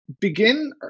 begin